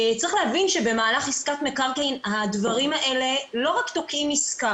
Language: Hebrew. צריך להבין שבמהלך עסקת מקרקעין הדברים האלה לא רק תוקעים עסקה,